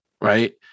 right